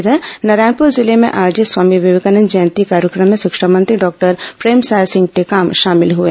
इधर नारायणपुर जिले में आयोजित स्वामी विवेकानंद जयंती कार्यक्रम में शिक्षा मंत्री डॉक्टर प्रेमसाय सिंह टेकाम शामिल हए